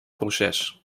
proces